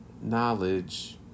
knowledge